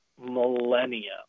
millennia